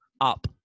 up